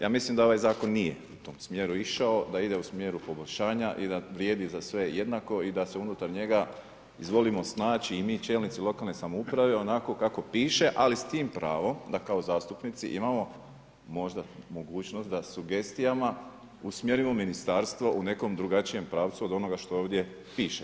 Ja mislim da ovaj zakon nije u tom smjeru išao da ide u smjeru poboljšanja i da vrijedi za sve jednako i da se unutar njega izvolimo snaći i mi čelnici lokalne samouprave onako kako piše, ali s tim pravo da kao zastupnici imamo možda mogućnost da sugestijama usmjerimo ministarstvo u nekom drugačijem pravcu od onoga što ovdje piše.